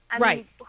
Right